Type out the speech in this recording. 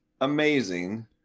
amazing